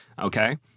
okay